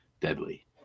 deadly